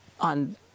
on